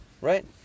right